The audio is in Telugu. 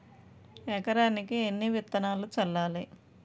ఎకరానికి ఎన్ని విత్తనాలు చల్లాలి?